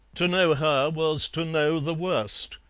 to know her was to know the worst.